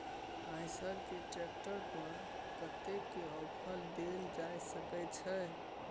आयसर के ट्रैक्टर पर कतेक के ऑफर देल जा सकेत छै?